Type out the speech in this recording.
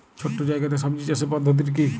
ছোট্ট জায়গাতে সবজি চাষের পদ্ধতিটি কী?